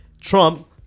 Trump